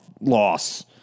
loss